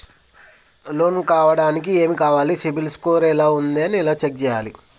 Loan కావడానికి ఏమి కావాలి సిబిల్ స్కోర్ ఎలా ఉంది ఎలా చెక్ చేయాలి?